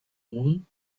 moon